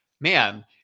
man